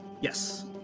Yes